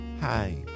Hi